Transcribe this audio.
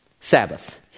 Sabbath